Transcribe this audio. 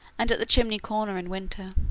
and at the chimney corner in winter.